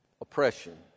Oppression